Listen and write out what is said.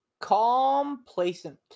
Complacent